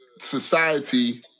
society